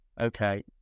okay